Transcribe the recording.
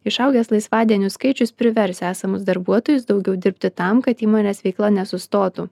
išaugęs laisvadienių skaičius privers esamus darbuotojus daugiau dirbti tam kad įmonės veikla nesustotų